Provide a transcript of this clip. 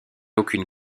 aucune